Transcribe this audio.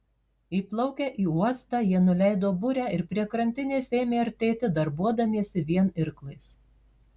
įplaukę į uostą jie nuleido burę ir prie krantinės ėmė artėti darbuodamiesi vien irklais